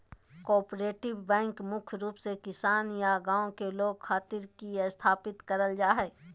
cooperative bank मुख्य रूप से किसान या गांव के लोग खातिर ही स्थापित करल जा हय